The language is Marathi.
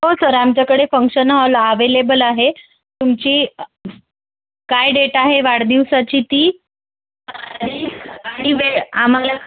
हो सर आमच्याकडे फंक्शन हॉल अवेलेबल आहे तुमची काय डेट आहे वाढदिवसाची ती आणि वेळ आम्हाला